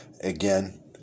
again